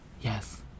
Yes